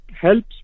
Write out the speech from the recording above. helps